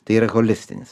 tai yra holistinis